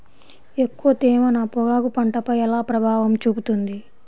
ఎక్కువ తేమ నా పొగాకు పంటపై ఎలా ప్రభావం చూపుతుంది?